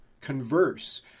Converse